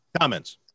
Comments